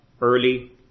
early